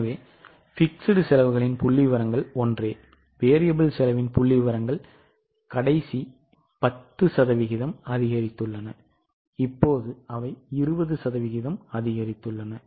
எனவே நிலையான செலவுகளின் புள்ளிவிவரங்கள் ஒன்று மாறி செலவின் புள்ளிவிவரங்கள் கடைசியாக 10 சதவிகிதம் அதிகரித்துள்ளது இப்போது அவை 20 சதவிகிதம் அதிகரித்துள்ளது